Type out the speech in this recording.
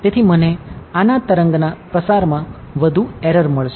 તેથી મને આના તરંગના પ્રસાર માં વધુ એરર મળશે